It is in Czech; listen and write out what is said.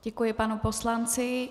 Děkuji panu poslanci.